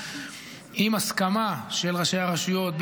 עם הסכמה של ראשי הרשויות.